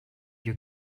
you